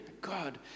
God